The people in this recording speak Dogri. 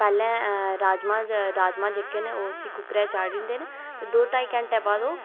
पैह्लें राजमांह् राजमांह् जेह्के न उसी कुक्कर च चाढ़ी दिंदे न ते दो ढाई घैंटे बाद ओह्